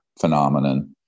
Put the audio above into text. phenomenon